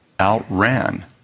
outran